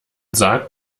sagt